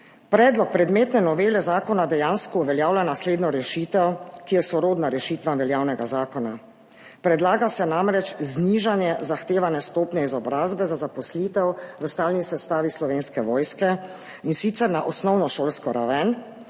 Predlog predmetne novele zakona dejansko uveljavlja naslednjo rešitev, ki je sorodna rešitvam veljavnega zakona. Predlaga se namreč znižanje zahtevane stopnje izobrazbe za zaposlitev v stalni sestavi Slovenske vojske, in sicer na osnovnošolsko raven,